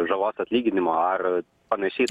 žalos atlyginimo ar panašiai